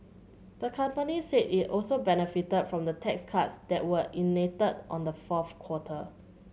the company said it also benefited from the tax cuts that were enacted on the fourth quarter